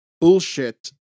bullshit